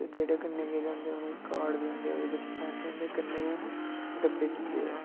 ते जेह्ड़े कन्नै गेदे होंदे उ'नेंगी कार्ड दिंदे ओह्दे बिच्च पैसे होंदे कन्नै गै डब्बे दिंदे ओह्